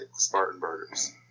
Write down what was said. Spartanburgers